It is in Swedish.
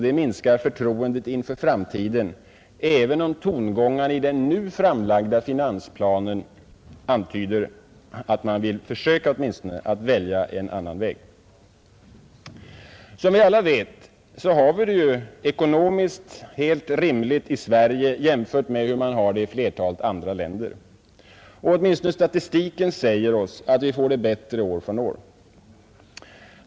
Det minskar förtroendet inför framtiden, även om tongångarna i den nu framlagda finansplanen antyder att man åtminstone vill försöka att välja en annan väg. Som vi alla vet har vi det ju ekonomiskt helt rimligt i Sverige jämfört med hur man har det i flertalet andra länder. Åtminstone statistiken säger oss att vi får det bättre år från år.